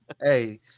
Hey